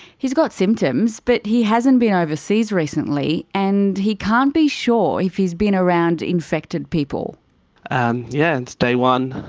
he's got symptoms, but he hasn't been overseas recently, and he can't be sure if he's been around infected people. and yeah, it's day one.